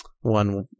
one